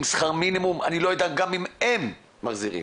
שכר מינימום שאני לא יודע אם הם מחזירים.